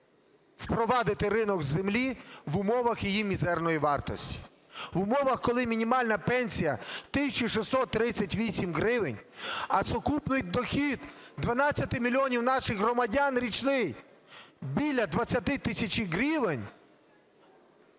впровадити ринок землі в умовах її мізерної вартості, в умовах, коли мінімальна пенсія 1 тисяча 638 гривень, а сукупний дохід 12 мільйонів наших громадян річний біля 20 тисяч гривень,